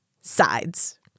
sides